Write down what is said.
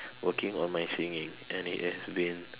working on my singing and it has been